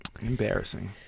Embarrassing